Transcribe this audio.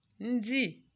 Ndi